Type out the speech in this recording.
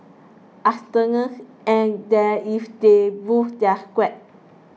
arsenals and that's if they boost their squad